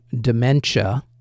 Dementia